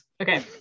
Okay